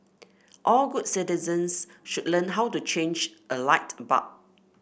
all good citizens should learn how to change a light bulb